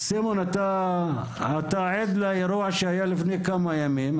סימון, אתה עד לאירוע שהיה לפני כמה ימים.